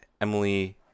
Emily